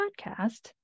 podcast